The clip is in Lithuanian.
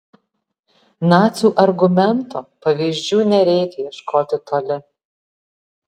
nacių argumento pavyzdžių nereikia ieškoti toli